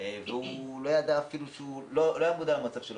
והוא לא היה מודע למצבו.